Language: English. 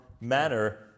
manner